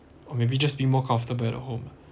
or maybe just being more comfortable at home